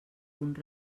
punt